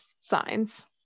signs